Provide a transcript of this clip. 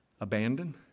abandoned